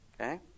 Okay